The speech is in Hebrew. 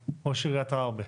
עראבה.